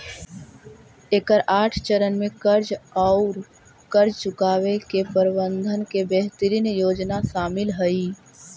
एकर आठ चरण में कर्ज औउर कर्ज चुकावे के प्रबंधन के बेहतरीन योजना शामिल हई